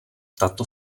tato